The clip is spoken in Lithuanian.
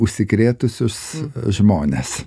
užsikrėtusius žmones